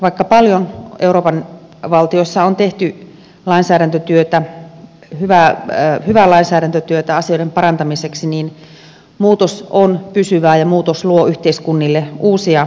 vaikka paljon euroopan valtioissa on tehty lainsäädäntötyötä hyvää lainsäädäntötyötä asioiden parantamiseksi niin muutos on pysyvää ja muutos luo yhteiskunnille uusia haasteita